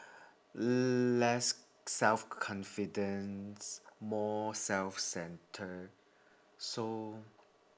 less self confidence more self centered so